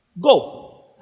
Go